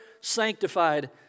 sanctified